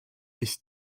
ich